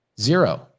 zero